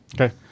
Okay